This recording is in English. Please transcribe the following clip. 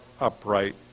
upright